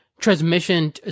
Transmission